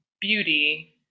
beauty